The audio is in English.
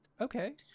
Okay